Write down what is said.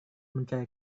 mencari